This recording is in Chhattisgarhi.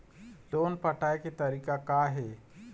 लोन पटाए के तारीख़ का हे?